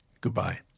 Goodbye